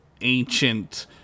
ancient